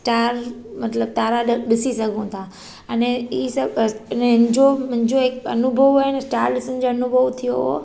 star मतलबु तारा ॾिसी सघूं था अने इहे सभु इन जो मुंहिंजो हिकु अनुभव आहे न स्टार ॾिसण जो अनुभव थियो हो